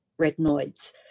retinoids